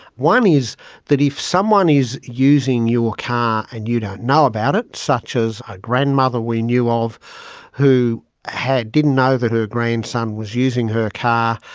one is that if someone is using your car and you don't know about it, such as a grandmother we knew of who didn't know that her grandson was using her car,